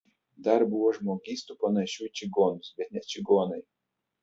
dar buvo žmogystų panašių į čigonus bet ne čigonai